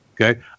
Okay